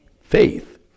faith